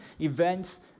events